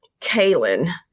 Kaylin